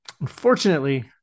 unfortunately